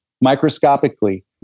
Microscopically